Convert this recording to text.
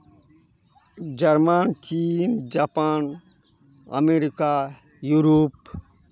ᱡᱟᱨᱢᱟᱱ ᱪᱤᱱ Japan America Europe